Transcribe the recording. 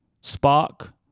Spark